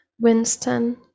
winston